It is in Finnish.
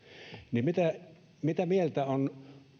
mitä mieltä on